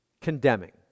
condemning